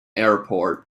airport